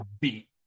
beat